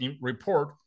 report